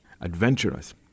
Adventurous